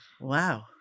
Wow